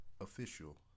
official